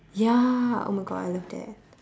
ya oh my god I love that